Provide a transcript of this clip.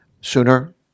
sooner